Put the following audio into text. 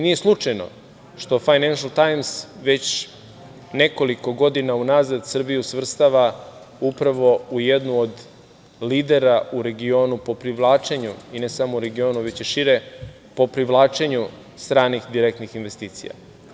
Nije slučajno što „Fajnenšal tajms“ već nekoliko godina unazad Srbiju svrstava upravo u jednu od lidera u regionu po privlačenju, i ne samo u regionu, već i šire, po privlačenju stranih direktnih investicija.